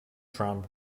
trump